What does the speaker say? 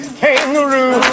kangaroo